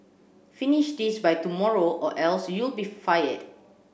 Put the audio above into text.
finish this by tomorrow or else you'll be fired